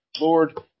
Lord